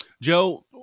Joe